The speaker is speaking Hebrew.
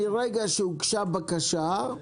מרגע שהוגשה הבקשה?